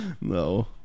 No